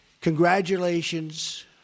Congratulations